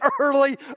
early